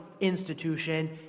institution